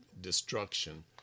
destruction